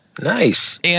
Nice